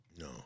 No